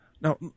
Now